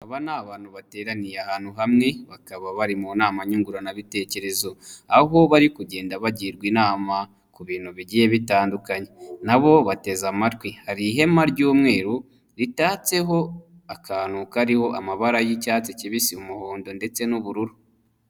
Aba ni abantu bateraniye ahantu hamwe, bakaba bari mu nama nyunguranabitekerezo, aho bari kugenda bagirwa inama, ku bintu bigiye bitandukanye, nabo bateze amatwi, hari ihema ry'umweru, ritatseho akantu kariho amabara y'icyatsi kibisi, umuhondo ndetse n'ubururu.